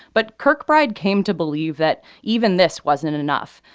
but kirkbride came to believe that even this wasn't enough.